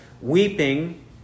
weeping